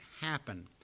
happen